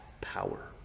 power